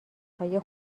های